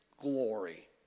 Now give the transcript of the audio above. glory